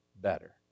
better